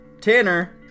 Tanner